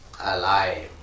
alive